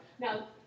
Now